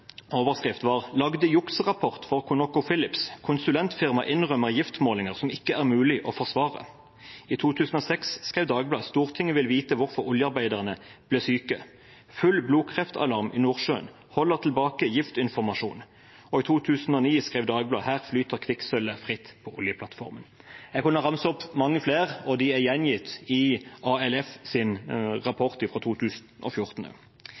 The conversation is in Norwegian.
overskrift var: «Lagde jukserapport for ConocoPhillips. Konsulentfirma innrømmer giftmålinger som «ikke er mulig å forsvare».» I 2006 skrev Dagbladet: «Stortinget vil vite hvorfor oljearbeiderne ble syke.» Andre overskrifter var: «Full blodkreftalarm i Nordsjøen» og «Holder tilbake giftinformasjon». I 2009 skrev Dagbladet: «Her flyter kvikksølvet fritt på oljeplattformen.» Jeg kunne ramset opp mange flere, og de er gjengitt i A.L.F.s rapport fra 2014.